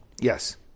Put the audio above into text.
Yes